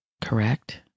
correct